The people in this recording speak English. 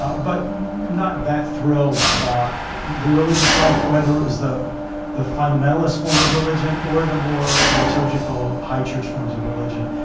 ah but not that thrilled about the religious life whether it was the the fundamentalist form of religion or the more liturgical high church forms of religion.